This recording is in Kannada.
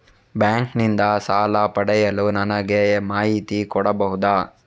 ಬ್ಯಾಂಕ್ ನಿಂದ ಸಾಲ ಪಡೆಯಲು ನನಗೆ ಮಾಹಿತಿ ಕೊಡಬಹುದ?